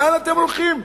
לאן אתם הולכים?